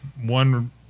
one